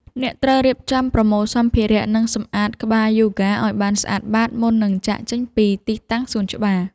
អ្នកត្រូវរៀបចំប្រមូលសម្ភារៈ និងសម្អាតកម្រាលយូហ្គាឱ្យបានស្អាតបាត មុននឹងចាកចេញពីទីតាំងសួនច្បារ។